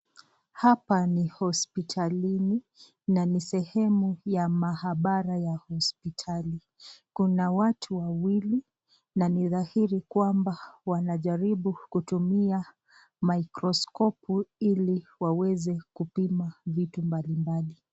Hapa ni hospitalini na ni sehemu ya mahabara ya hospitalini, kuna watu wawili na ni dhairi kwamba wanajaribu kutumia maikroskopu hili waweze kupima vitu mbali mbali.